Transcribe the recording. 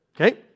Okay